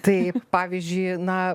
taip pavyzdžiui na